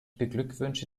beglückwünsche